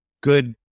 good